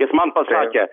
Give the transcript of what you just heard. jis man pasakė